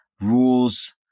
rules